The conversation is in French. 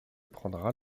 prendra